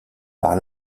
par